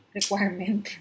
Requirement